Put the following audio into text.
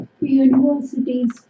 universities